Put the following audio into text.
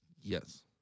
Yes